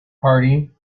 party